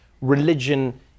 religion